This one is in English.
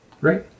Right